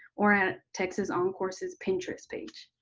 or at texas oncourse's pinterest page.